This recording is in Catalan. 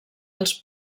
els